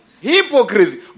Hypocrisy